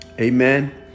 Amen